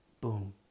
Boom